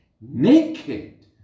naked